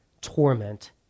torment